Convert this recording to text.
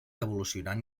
evolucionant